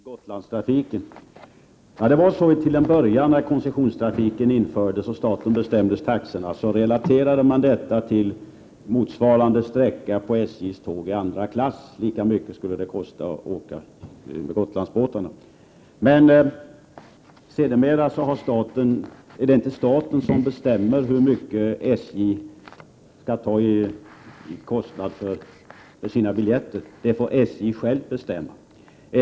Herr talman! Jag vill vända mig till Hans Lindforss. Han frågar om taxesättningen i Gotlandstrafiken. När koncessionstrafiken infördes och staten bestämde taxorna, relaterades de till motsvarande sträcka på SJ:s tåg i andra klass. Det skulle kosta lika mycket att åka med Gotlandsbåtarna. Men det är inte staten som bestämmer hur mycket SJ skall ta för sina biljetter — det får SJ bestämma.